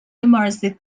dormancy